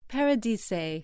Paradise